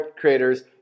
creators